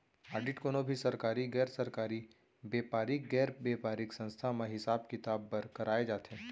audit कोनो भी सरकारी, गैर सरकारी, बेपारिक, गैर बेपारिक संस्था म हिसाब किताब बर कराए जाथे